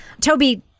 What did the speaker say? Toby